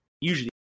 usually